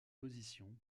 position